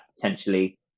potentially